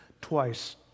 twice